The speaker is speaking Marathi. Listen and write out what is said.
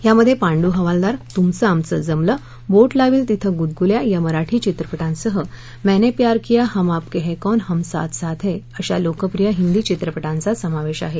यामध्ये पांडू हवालदार तुमचं आमचं जमलं बोट लावील तिथे गुदगुल्या या मराठी चित्रपटांसह मैने प्यार किया हम आपके है कौन हम साथ साथ है अशा लोकप्रिय हिंदी चित्रपटांचा समावेश आहे